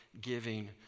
giving